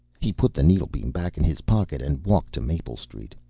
he put the needlebeam back in his pocket and walked to maple street.